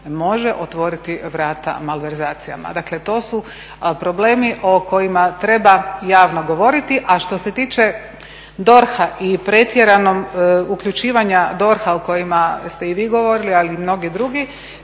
može otvoriti vrata malverzacijama. Dakle to su problemi o kojima treba javno govoriti. A što se tiče DORH-a i pretjeranog uključivanja DORH-a o kojem ste i vi govorili, ali i mnogi drugi,